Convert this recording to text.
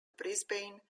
brisbane